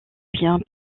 bien